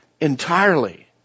entirely